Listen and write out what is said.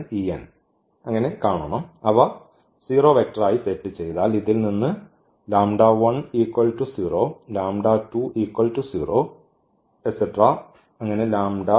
അവ 0 വെക്ടർ ആയി സെറ്റ് ചെയ്താൽ ഇതിൽനിന്ന് 0 0